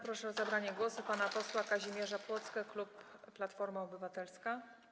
Proszę o zabranie głosu pana posła Kazimierza Plocke, klub Platforma Obywatelska.